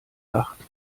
lacht